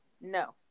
No